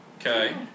Okay